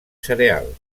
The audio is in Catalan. cereal